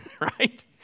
right